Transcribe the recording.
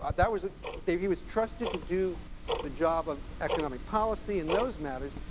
ah that was he was trusted to do the job of economic policy and those matters,